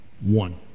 One